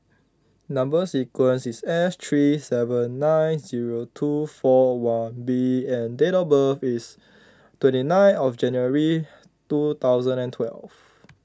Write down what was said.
Number Sequence is S three seven nine zero two four one B and date of birth is twenty nine of January two thousand and twelve